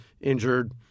injured